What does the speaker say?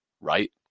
Right